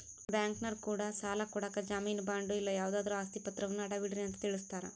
ಬ್ಯಾಂಕಿನರೊ ಕೂಡ ಸಾಲ ಕೊಡಕ ಜಾಮೀನು ಬಾಂಡು ಇಲ್ಲ ಯಾವುದಾದ್ರು ಆಸ್ತಿ ಪಾತ್ರವನ್ನ ಅಡವಿಡ್ರಿ ಅಂತ ತಿಳಿಸ್ತಾರ